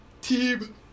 Team